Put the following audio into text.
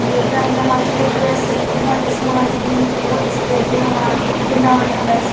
کہِ پرانہِ زَمانٕکۍ لُکھ ٲسۍ مٲلِس ماجہِ بیٚنہِ بوے أکسٕے جایہِ بیٚہوان گِنٛدان ٲسۍ